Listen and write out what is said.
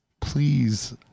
please